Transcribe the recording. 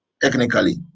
technically